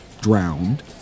drowned